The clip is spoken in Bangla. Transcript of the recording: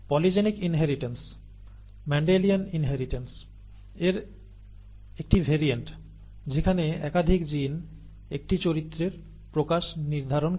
পলিজেনিক ইনহেরিটেন্স মেন্ডেলিয়ান ইনহেরিটেন্স এর একটি ভেরিয়েন্ট যেখানে একাধিক জিন একটি চরিত্রের প্রকাশ নির্ধারণ করে